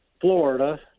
Florida